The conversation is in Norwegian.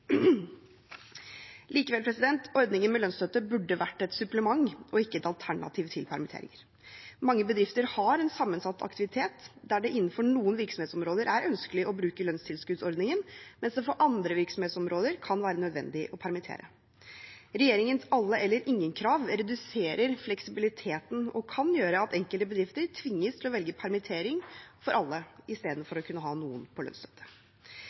Likevel: Ordningen med lønnsstøtte burde vært et supplement og ikke et alternativ til permitteringer. Mange bedrifter har en sammensatt aktivitet, der det innenfor noen virksomhetsområder er ønskelig å bruke lønnstilskuddsordningen, mens det for andre virksomhetsområder kan være nødvendig å permittere. Regjeringens alle-eller-ingen-krav reduserer fleksibiliteten og kan gjøre at enkelte bedrifter tvinges til å velge permittering for alle istedenfor å kunne ha noen på lønnsstøtte.